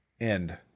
end